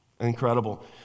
Incredible